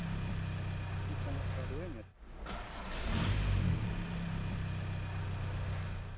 ᱪᱮᱫ ᱥᱚᱢᱚᱥᱥᱟ ᱨᱩᱣᱟᱹᱭᱮᱫ ᱢᱮᱭᱟ ᱥᱮ ᱪᱮᱫ